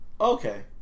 Okay